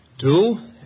two